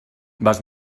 vas